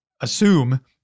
assume